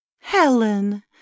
Helen